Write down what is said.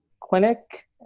clinic